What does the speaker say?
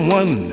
one